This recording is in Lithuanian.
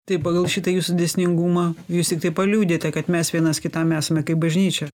tai pagal šitą jūsų dėsningumą jūs tiktai paliudyjate kad mes vienas kitam esame kaip bažnyčia